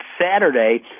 Saturday